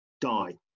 die